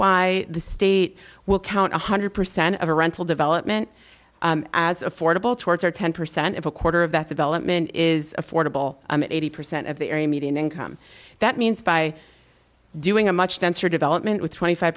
why the state will count one hundred percent of a rental development as affordable towards our ten percent if a quarter of that development is affordable at eighty percent of the median income that means by doing a much denser development with twenty five